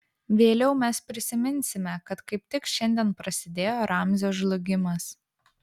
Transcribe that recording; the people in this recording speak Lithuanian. vėliau mes prisiminsime kad kaip tik šiandien prasidėjo ramzio žlugimas